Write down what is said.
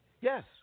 Yes